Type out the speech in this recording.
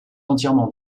entièrement